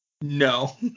No